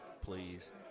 please